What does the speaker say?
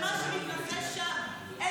למה שמתרחש שם.